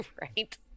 Right